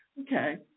Okay